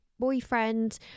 boyfriend